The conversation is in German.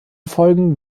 folgen